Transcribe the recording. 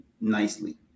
nicely